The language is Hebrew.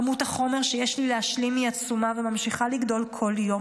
כמות החומר שיש לי להשלים היא עצומה וממשיכה לגדול בכל יום.